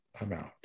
amount